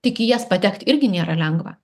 tik į jas patekt irgi nėra lengva